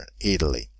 Italy